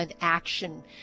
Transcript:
action